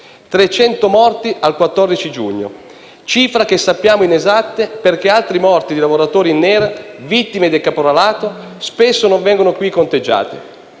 300 i morti al 14 giugno, cifra che sappiamo inesatta perché altre morti di lavoratori in nero, vittime del caporalato, spesso non vengono conteggiate.